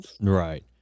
Right